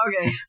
Okay